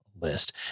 List